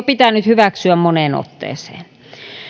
pitänyt hyväksyä jo moneen otteeseen